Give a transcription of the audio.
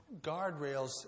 guardrails